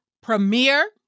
premiere